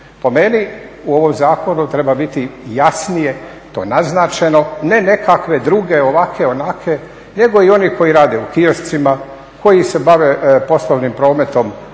Po meni u ovom zakonu treba biti jasnije to naznačeno, ne nekakve druge, onakve, ovakve nego i oni koji rade u kioscima, koji se bave poslovnim prometom